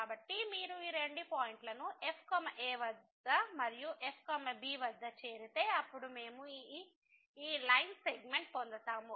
కాబట్టి మీరు ఈ రెండు పాయింట్లను f a వద్ద మరియు f b వద్ద చేరితే అప్పుడు మేము ఈ లైన్ సెగ్మెంట్ పొందుతాము